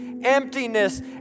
emptiness